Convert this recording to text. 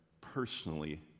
personally